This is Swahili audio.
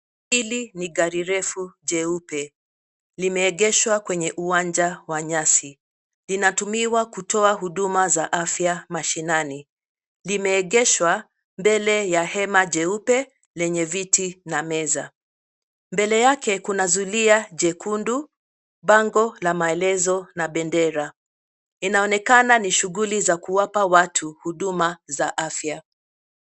Hili ni gari refu jeupe limeegeshwa kwenye uwanja wa nyasi linatumiwa kutoa huduma za afya mashinani, limeegeshwa mbele ya hema jeupe lenye viti na meza, mbele yake kuna zulia jekundu, bango la maelezo na bendera inaonekana ni shughuli za kuwapa watu huduma za afya.